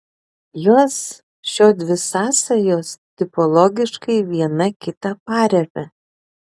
jos šiodvi sąsajos tipologiškai viena kitą paremia